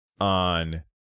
on